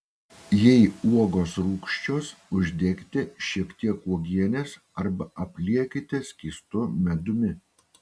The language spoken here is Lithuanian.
jei uogos rūgščios uždėkite šiek tiek uogienės arba apliekite skystu medumi